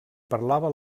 parlava